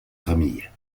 famille